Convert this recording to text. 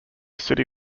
city